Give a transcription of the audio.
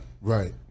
Right